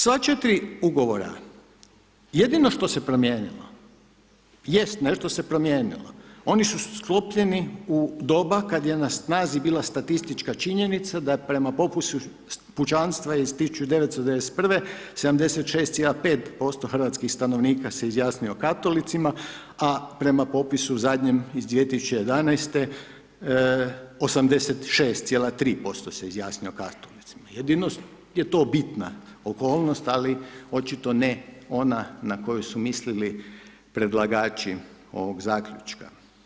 Sva 4 ugovora jedino što se promijenilo jest, nešto se promijenilo, oni su sklopljeni u doba kad je na snazi bila statistička činjenica da prema pokusu pučanstva iz 1991. 76,5% hrvatskih stanovnika se izjasnio katolicima, a prema popisu zadnjem iz 2011. 86,3% se izjasnio katolicima, jedino je to bitna okolnost, ali očito ne ona na koju su mislili predlagači ovog zaključka.